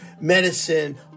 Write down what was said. medicine